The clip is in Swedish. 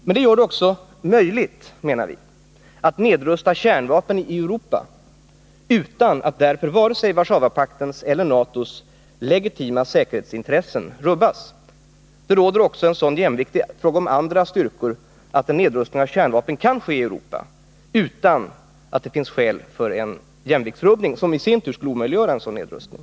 Men det gör det också möjligt, menar vi, att nedrusta kärnvapen i Europa utan att vare sig Warszawapaktens eller NATO: s legitima säkerhetsintressen rubbas. Även i fråga om andra styrkor är förhållandena sådana att en nedrustning av kärnvapen kan ske i Europa utan att det finns skäl för en jämviktsrubbning, som i sin tur skulle omöjliggöra en sådan nedrustning.